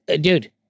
dude